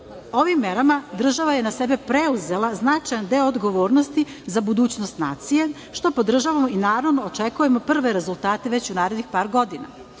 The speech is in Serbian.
Ovim merama država je na sebe preuzela značajan deo odgovornosti za budućnost nacije, što podržavamo i naravno očekujemo prve rezultate već u narednih par godina. Na